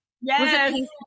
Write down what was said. Yes